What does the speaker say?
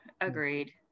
agreed